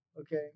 okay